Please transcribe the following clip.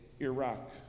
iraq